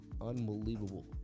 Unbelievable